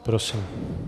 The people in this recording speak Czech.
Prosím.